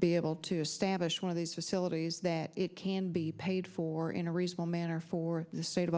be able to establish one of these facilities that can be paid for in a reasonable manner for the state of